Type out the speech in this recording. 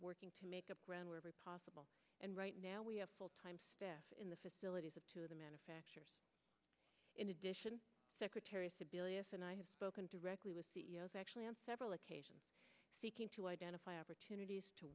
working to make up ground wherever possible and right now we have full time staff in the facilities of two of the manufacturers in addition secretary sebelius and i have spoken directly with the actually on several occasions seeking to identify opportunities to